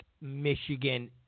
Michigan